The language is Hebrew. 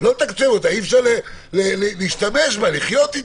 לא לתקצב אותה, אי-אפשר להשתמש בה, לחיות איתה.